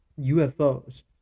UFOs